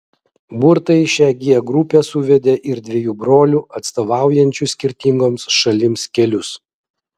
burtai į šią g grupę suvedė ir dviejų brolių atstovaujančių skirtingoms šalims kelius